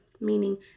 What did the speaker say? Meaning